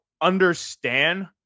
understand